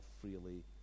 freely